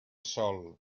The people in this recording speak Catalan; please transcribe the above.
sol